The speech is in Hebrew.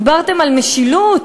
דיברתם על משילות,